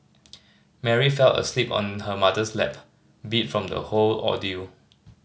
Mary fell asleep on her mother's lap beat from the whole ordeal